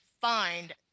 find